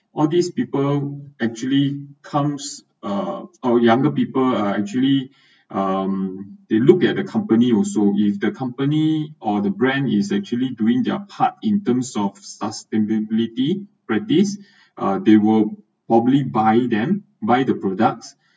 all these people actually comes uh our younger people are actually um it looked at the company also if the company or the brand is actually doing their part in terms of sustainability practice uh they were probably buy them buy the products